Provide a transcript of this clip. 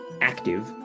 active